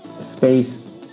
space